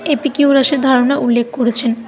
এপিকিউরাসের ধারণা উল্লেখ করেছেন